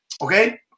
Okay